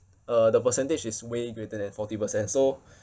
uh the percentage is way greater than forty percent so